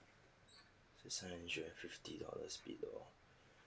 six hundred fifty dollars below